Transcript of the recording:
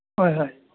ꯍꯣꯏ ꯍꯣꯏ